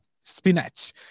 spinach